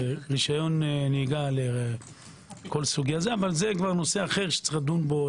רשיון נהיגה לכל סוגי זה נושא אחר שיש לדון בו,